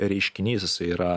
reiškinys jisai yra